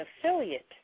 affiliate